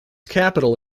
capital